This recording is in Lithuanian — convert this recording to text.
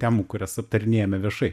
temų kurias aptarinėjame viešai